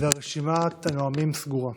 רשימת הנואמים סגורה.